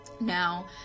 Now